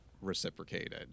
reciprocated